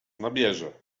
nabierze